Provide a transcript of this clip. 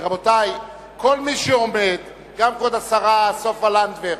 רבותי, כל מי שעומד, גם כבוד השרה סופה לנדבר,